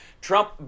Trump